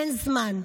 אין זמן,